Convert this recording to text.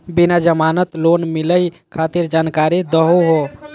बिना जमानत लोन मिलई खातिर जानकारी दहु हो?